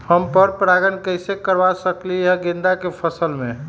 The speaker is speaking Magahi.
हम पर पारगन कैसे करवा सकली ह गेंदा के फसल में?